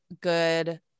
good